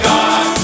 God